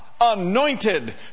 anointed